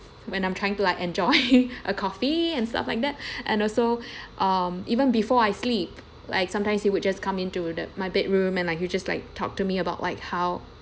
when I'm trying to like enjoying a coffee and stuff like that and also um even before I sleep like sometimes he would just come into the my bedroom and he will just like talk to me about like how